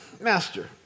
Master